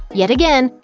yet again,